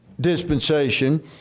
dispensation